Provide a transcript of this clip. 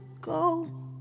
go